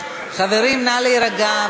חברים, נא להירגע.